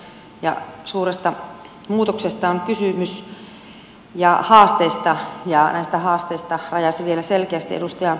on kysymys suuresta muutoksesta ja haasteista ja näitä haasteita rajasi vielä selkeästi edustaja mäntylä